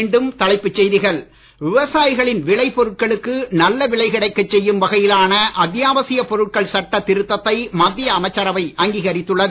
மீண்டும் தலைப்புச் செய்திகள் விவசாயிகளின் விளை பொருட்களுக்கு நல்லவிலை கிடைக்கச் செய்யும் வகையிலான அத்தியாவசியப் பொருட்கள் சட்ட திருத்தத்தை மத்திய அமைச்சரவை அங்கீகரித்துள்ளது